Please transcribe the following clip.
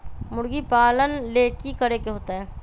मुर्गी पालन ले कि करे के होतै?